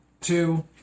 two